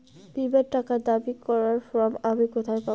বীমার টাকা দাবি করার ফর্ম আমি কোথায় পাব?